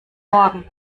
morgen